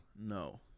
No